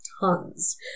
tons